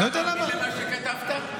אתה מאמין למה שכתבת?